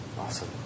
Awesome